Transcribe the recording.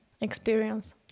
experience